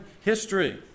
history